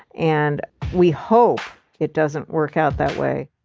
and we hope it doesn't work out that way.